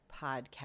Podcast